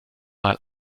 mal